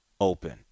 open